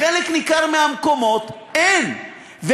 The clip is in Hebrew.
בחלק ניכר מהמקומות אין.